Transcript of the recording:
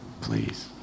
Please